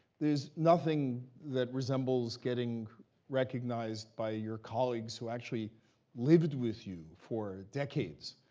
there's nothing that resembles getting recognized by your colleagues, who actually lived with you for decades.